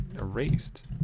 erased